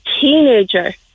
teenager